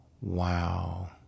Wow